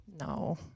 No